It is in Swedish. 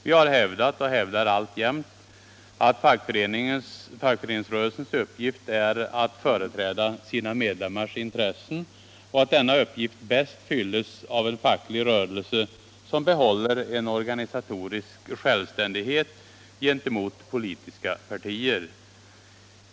Vi har hävdat, och hävdar alltjämt, att fackföreningsrörelsens uppgift är att företräda sina medlemmars intressen och att denna uppgift bäst fylls av en facklig rörelse som behåller en organisatorisk självständighet gentemot politiska partier.